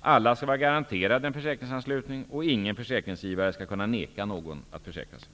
Alla skall vara garanterade en försäkringsanslutning och ingen försäkringsgivare skall kunna neka någon att försäkra sig.